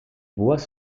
bois